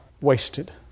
wasted